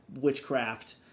witchcraft